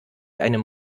einem